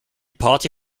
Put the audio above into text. party